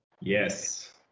Yes